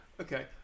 okay